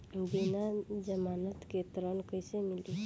बिना जमानत के ऋण कैसे मिली?